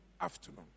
afternoon